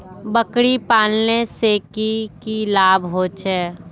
बकरी पालने से की की लाभ होचे?